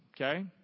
Okay